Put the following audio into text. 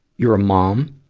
you're a mom,